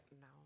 no